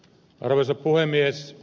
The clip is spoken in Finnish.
arvoisa puhemies